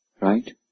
Right